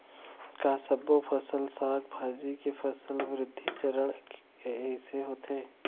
का सबो फसल, साग भाजी के फसल वृद्धि चरण ऐके होथे?